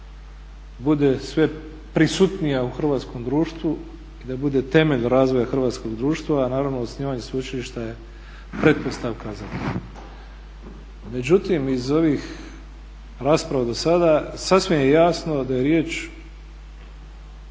bude sve prisutnija u hrvatskom društvu i da bude temelj razvoja hrvatskog društva, a naravno osnivanje sveučilišta je pretpostavka za to. Međutim iz ovih rasprava do sada sasvim je jasno da je riječ